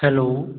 hello